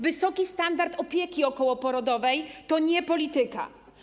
Wysoki standard opieki okołoporodowej to nie polityka.